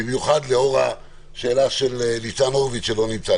במיוחד לאור השאלה של ניצן הורביץ שלא נמצא.